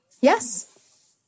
Yes